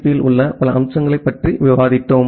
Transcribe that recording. B யில் உள்ள பல அம்சங்கள் பற்றி விவாதித்தோம்